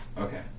Okay